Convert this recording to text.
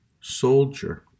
soldier